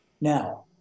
Now